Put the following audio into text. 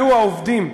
יהיו העובדים.